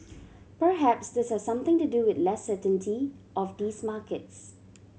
perhaps this has something to do with less certainty of these markets